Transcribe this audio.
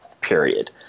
period